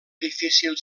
difícil